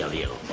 so you